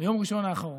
ביום ראשון האחרון.